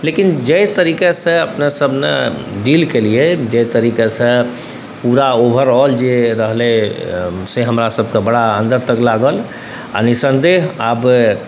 लेकिन जाहि तरीकासँ अपनासब ने डील केलिए जाहि तरीकासँ पूरा ओवरआल जे रहलै से हमरासबके बड़ा अन्दर तक लागल आओर निस्सन्देह आब